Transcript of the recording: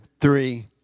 three